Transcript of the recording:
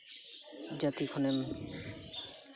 ᱡᱟᱹᱛᱤ ᱠᱷᱚᱱᱮᱢ